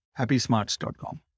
happysmarts.com